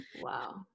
Wow